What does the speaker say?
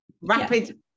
rapid